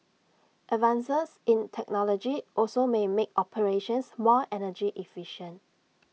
advances in technology also may make operations more energy efficient